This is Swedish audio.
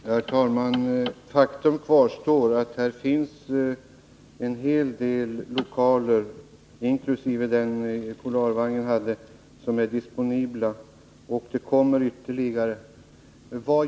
Herr talman! Faktum kvarstår att det här finns en hel del lokaler som är disponibla, inkl. dem Polarvagnen hade, och det kommer ytterligare.